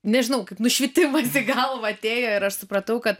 nežinau kaip nušvitimas į galvą atėjo ir aš supratau kad